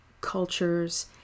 cultures